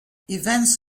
events